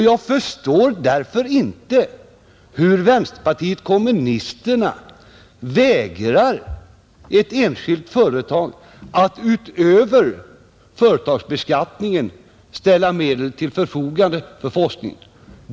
Jag förstår därför inte hur vänsterpartiet kommunisterna kan vilja förvägra ett enskilt företag att utöver företagsbeskattningen ställa medel till förfogande för forskning.